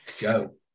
Go